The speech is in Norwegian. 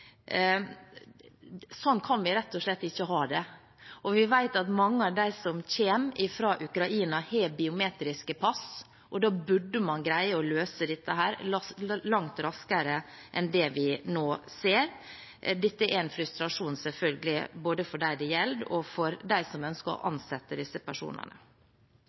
Sånn kan vi rett og slett ikke ha det. Vi vet også at mange av dem som kommer fra Ukraina, har biometriske pass, og da burde man greie å løse dette langt raskere enn det vi nå ser. Dette er en frustrasjon, selvfølgelig, både for dem det gjelder, og for dem som ønsker å ansette disse personene.